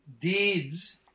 deeds